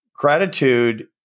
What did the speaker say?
Gratitude